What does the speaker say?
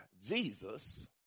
Jesus